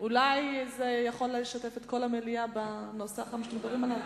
אולי אפשר לשתף את כל המליאה בנושא שאתם מדברים עליו?